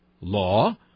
Law